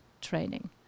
training